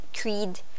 creed